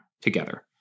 together